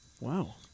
Wow